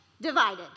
divided